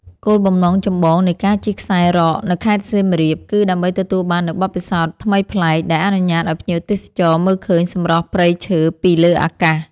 គោលបំណងចម្បងនៃការជិះខ្សែរ៉កនៅខេត្តសៀមរាប គឺដើម្បីទទួលបាននូវបទពិសោធន៍ថ្មីប្លែក ដែលអនុញ្ញាតឱ្យភ្ញៀវទេសចរមើលឃើញសម្រស់ព្រៃឈើពីលើអាកាស។